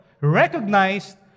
recognized